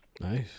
Nice